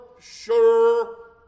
sure